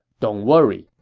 don't worry.